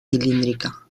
cilíndrica